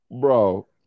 Bro